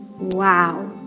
Wow